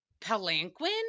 palanquin